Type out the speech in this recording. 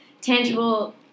tangible